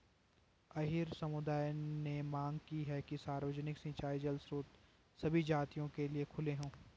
अहीर समुदाय ने मांग की कि सार्वजनिक सिंचाई जल स्रोत सभी जातियों के लिए खुले हों